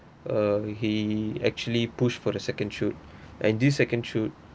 uh he actually pushed for the second shoot and this second shoot